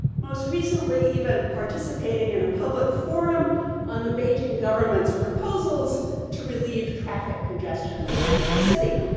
most recently even participating in a public forum on the beijing government's proposals to relieve traffic congestion in the city.